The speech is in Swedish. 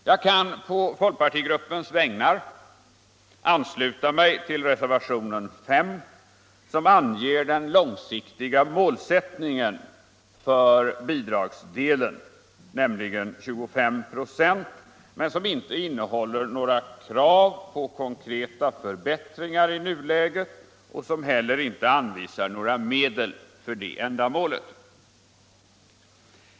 Jag kan på folkpartigruppens vägnar ansluta mig till reservationen 5 som anger den långsiktiga målsättningen för bidragsdelen — 25 96 — men som inte innehåller några krav på konkreta förbättringar i nuläget och som heller inte anvisar några medel för det ändamålet.